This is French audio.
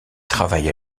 travaille